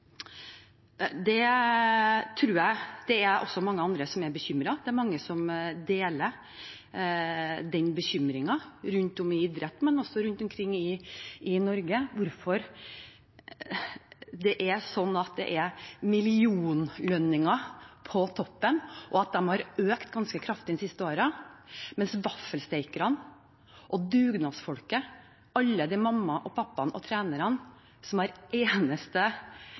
Jeg tror at det mange andre som også er bekymret. Det er mange som deler den bekymringen rundt omkring i idretten, men også rundt omkring i Norge, og som spør seg hvorfor det er millionlønninger på toppen, og hvorfor de har økt ganske kraftig de siste årene, mens vaffelsteikerne og dugnadsfolket, alle mammaene og pappaene og trenerne som hver eneste